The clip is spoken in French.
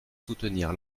soutenir